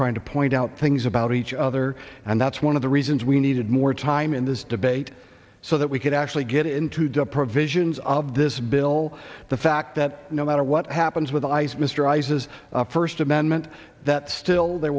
trying to point out things about each other and that's one of the reasons we needed more time in this debate so that we could actually get into the provisions of this bill the fact that no matter what happens with ice mistresses first amendment that still there